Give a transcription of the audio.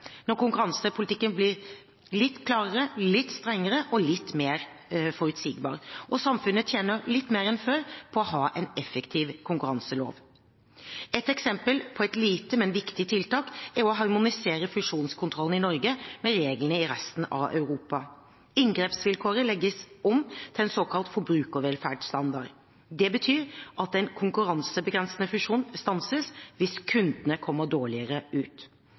blir konkurransepolitikken litt klarere, litt strengere og litt mer forutsigbar, og samfunnet tjener litt mer enn før på å ha en effektiv konkurranselov. Et eksempel på et lite, men viktig tiltak er å harmonisere fusjonskontrollen i Norge med reglene i resten av Europa. Inngrepsvilkåret legges om til en såkalt forbrukervelferdsstandard. Det betyr at en konkurransebegrensende fusjon stanses hvis kundene kommer dårligere ut.